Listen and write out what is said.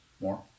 More